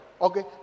Okay